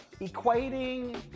equating